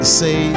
say